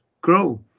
grow